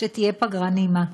שתהיה פגרה נעימה.